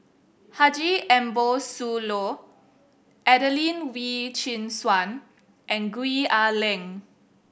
Haji Ambo Sooloh Adelene Wee Chin Suan and Gwee Ah Leng